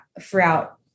throughout